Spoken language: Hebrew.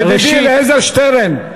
זה לא יעזור לך, ידידי אלעזר שטרן.